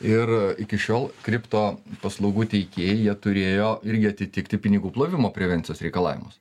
ir iki šiol kripto paslaugų teikėjai jie turėjo irgi atitikti pinigų plovimo prevencijos reikalavimus